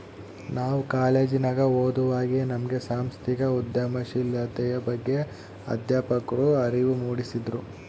ನಾವು ಕಾಲೇಜಿನಗ ಓದುವಾಗೆ ನಮ್ಗೆ ಸಾಂಸ್ಥಿಕ ಉದ್ಯಮಶೀಲತೆಯ ಬಗ್ಗೆ ಅಧ್ಯಾಪಕ್ರು ಅರಿವು ಮೂಡಿಸಿದ್ರು